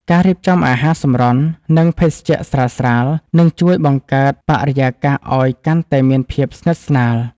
ការរៀបចំអាហារសម្រន់ និងភេសជ្ជៈស្រាលៗ នឹងជួយបង្កើតបរិយាកាសឱ្យកាន់តែមានភាពស្និទ្ធស្នាល។